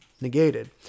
negated